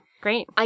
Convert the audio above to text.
Great